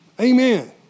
Amen